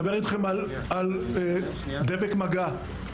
מצאנו דבק מגע,